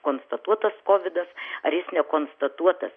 konstatuotas kovidas ar jis nekonstatuotas